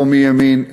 פה מימין,